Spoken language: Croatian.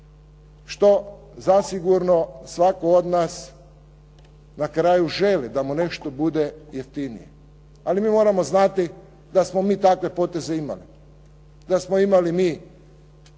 što zasigurno svatko od nas na kraju želi da mu nešto bude jeftinije. Ali mi moramo znati da smo mi takve poteze imali, da smo imali mi